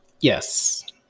Yes